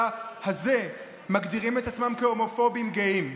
הזה מגדירים את עצמם הומופובים גאים.